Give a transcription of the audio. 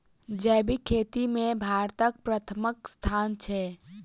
जैबिक खेती मे भारतक परथम स्थान छै